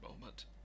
moment